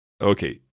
Okay